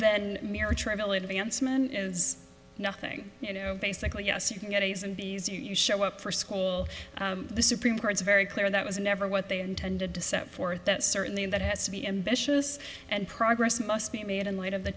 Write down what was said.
advancement is nothing you know basically yes you can get a's and b s you show up for school the supreme court's very clear that was never what they intended to set forth that certainly that has to be ambitious and progress must be made in light of the